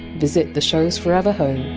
visit the show! s forever home,